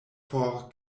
for